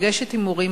נפגשת עם מורים,